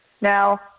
Now